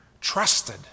Trusted